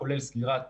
כולל סגירת